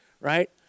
right